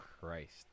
Christ